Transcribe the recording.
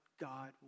God